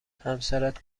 همسرت